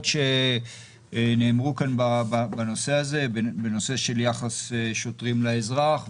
שנאמרו כאן בנושא הזה ביחס שוטרים לאזרח,